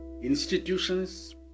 institutions